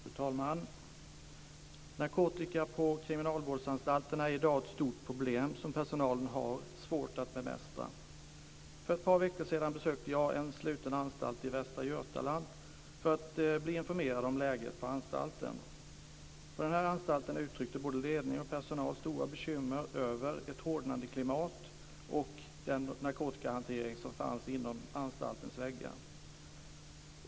Fru talman! Narkotika på kriminalvårdsanstalterna är i dag ett stort problem som personalen har svårt att bemästra. För ett par veckor sedan besökte jag en sluten anstalt i Västra Götaland för att bli informerad om läget på anstalten. På den här anstalten uttryckte både ledning och personal stora bekymmer över ett hårdnande klimat och den narkotikahantering som fanns inom anstaltens väggar.